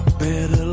better